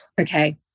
okay